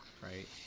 right